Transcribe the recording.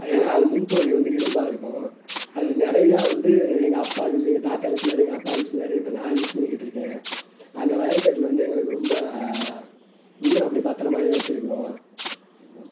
அது ஏன்னால் அது முன்பகுதி வந்து இரும்பாக இருக்கும் அது நிறையா வந்து எங்கள் அப்பா யூஸ் எங்கள் தாத்தா யூஸ் பண்ணிணாரு எங்கள் அப்பா யூஸ் பண்ணிணாரு இப்போ நான் யூஸ் பண்ணிக்கிட்டு இருக்கேன் அந்த வயர் கட்ரு வந்து எங்களுக்கு ரொம்ப இன்னும் அப்படியே பத்திரமாவே வச்சுருக்குறோம் ஆமாம்